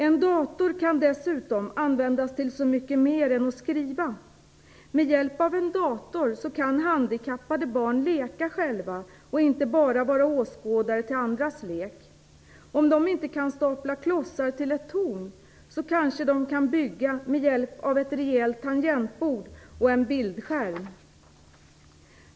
En dator kan dessutom användas till så mycket mer än att skriva. Med hjälp av en dator kan handikappade barn leka själva och inte bara vara åskådare till andras lek. Om de inte kan stapla klossar till ett torn, kanske de kan bygga med hjälp av ett rejält tangentbord och en bildskärm.